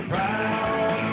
Proud